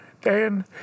Dan